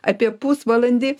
apie pusvalandį